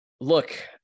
Look